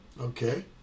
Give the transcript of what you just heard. Okay